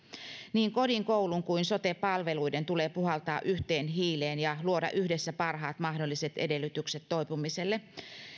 niin kodin koulun kuin sote palveluiden tulee puhaltaa yhteen hiileen ja luoda yhdessä parhaat mahdolliset edellytykset toipumiselle